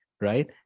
right